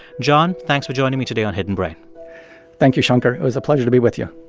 john, thanks for joining me today on hidden brain thank you, shankar. it was a pleasure to be with you